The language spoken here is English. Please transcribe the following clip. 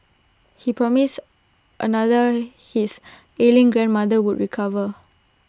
he promised another his ailing grandmother would recover